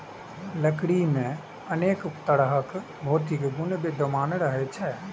लकड़ी मे अनेक तरहक भौतिक गुण विद्यमान रहैत छैक